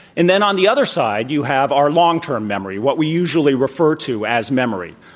and then on the other side, you have our long term memory, what we usually refer to as memory.